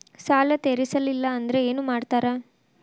ಸಾಲ ತೇರಿಸಲಿಲ್ಲ ಅಂದ್ರೆ ಏನು ಮಾಡ್ತಾರಾ?